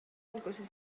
alguse